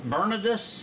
Bernardus